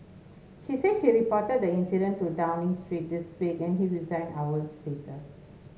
she said she reported the incident to Downing Street this week and he resigned hours later